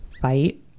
fight